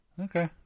Okay